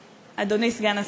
אדוני סגן השר,